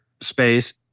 space